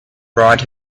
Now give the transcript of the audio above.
brought